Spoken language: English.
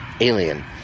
Alien